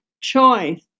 choice